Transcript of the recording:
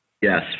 Yes